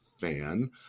fan